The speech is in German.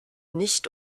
nicht